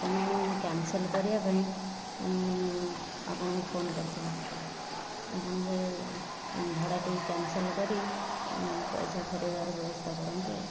ତେଣୁ ମୁଁ କ୍ୟାନସଲ୍ କରିବାପାଇଁ ଆପଣଙ୍କୁ ଫୋନ୍ କରିଥିଲି ଭଡ଼ାଟିକୁ କ୍ୟାନସଲ୍ କରି ପଇସା ଫେରେଇବାର ବ୍ୟବସ୍ଥା କରନ୍ତୁ ଆଉ